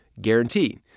Guarantee